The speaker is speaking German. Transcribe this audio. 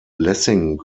lessing